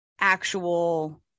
actual